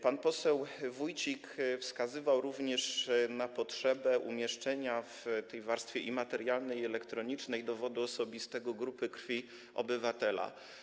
Pan poseł Wójcik wskazywał również na potrzebę umieszczenia w tej warstwie i materialnej, i elektronicznej dowodu osobistego informacji o grupie krwi obywatela.